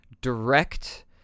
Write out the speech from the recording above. direct